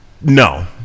No